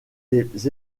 les